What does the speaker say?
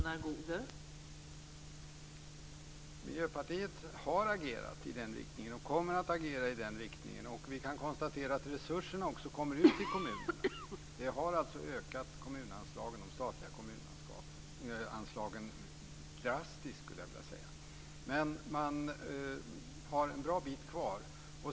Fru talman! Miljöpartiet har agerat i den riktningen och kommer att agera i den riktningen. Vi kan konstatera att resurserna också kommer ut i kommunerna. De statliga kommunanslagen har ökat drastiskt, skulle jag vilja säga. Men man har en bra bit kvar.